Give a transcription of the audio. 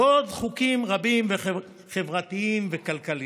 ועוד חוקים רבים וחברתיים וכלכליים.